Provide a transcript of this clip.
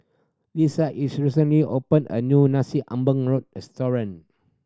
Lisa recently opened a new Nasi Ambeng restaurant